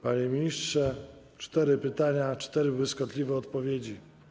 Panie ministrze, cztery pytania, cztery błyskotliwe odpowiedzi.